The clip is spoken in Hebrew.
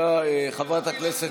חברת הכנסת